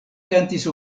kantis